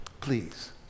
please